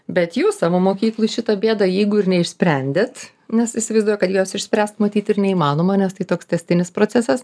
bet jūs savo mokykloj šitą bėdą jeigu ir neišsprendėt nes įsivaizduoju kad jos išspręst matyt ir neįmanoma nes tai toks tęstinis procesas